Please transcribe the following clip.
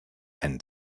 and